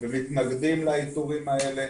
ומתנגדים לאזורים האלה.